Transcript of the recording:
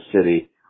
city